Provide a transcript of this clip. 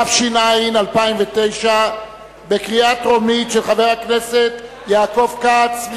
התש"ע 2009, של חבר הכנסת יעקב כץ.